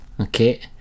okay